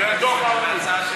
יש הרבה אבות לעניין.